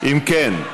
אם כן,